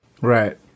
Right